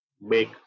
make